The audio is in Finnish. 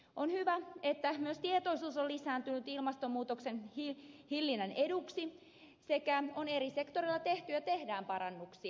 on hyvä että myös tietoisuus on lisääntynyt ilmastonmuutoksen hillinnän eduksi sekä että eri sektoreilla on tehty ja tehdään parannuksia